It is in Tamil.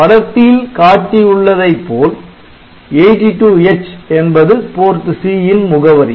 படத்தில் காட்டியுள்ளதைப்போல் 82H என்பது PORT C ன் முகவரி